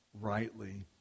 rightly